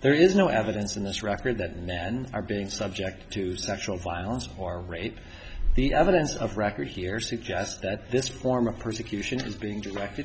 there is no evidence in this record that men are being subject to sexual violence or rape the evidence of record here suggests that this form of persecution is being directed